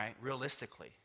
realistically